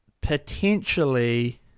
potentially